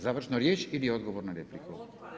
Završnu riječ ili odgovor na repliku?